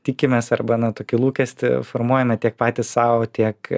tikimės arba na tokį lūkestį formuojame tiek patys sau tiek